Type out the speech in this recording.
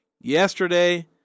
yesterday